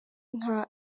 nka